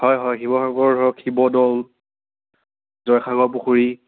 হয় হয় শিৱসাগৰ ধৰক শিৱদ'ল জয়সাগৰ পুখুৰী